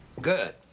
Good